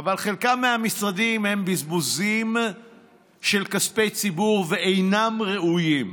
אבל חלק מהמשרדים הם בזבוזים של כספי ציבור ואינם ראויים.